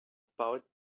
about